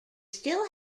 still